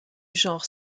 genre